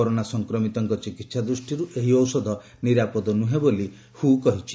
corona ସଂକ୍ମିତଙ୍କ ଚିକିତ୍ସା ଦୃଷ୍ଟିରୁ ଏହି ଔଷଧ ନିରାପଦ ନ୍ରହେଁ ବୋଲି ହ୍ର ଏହା କହିଛି